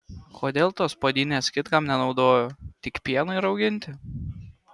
kodėl tos puodynės kitkam nenaudojo tik pienui rauginti